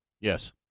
Yes